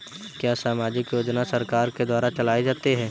क्या सामाजिक योजना सरकार के द्वारा चलाई जाती है?